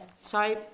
Sorry